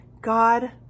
God